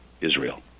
Israel